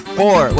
four